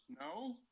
No